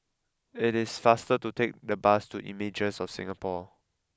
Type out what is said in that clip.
it is faster to take the bus to Images of Singapore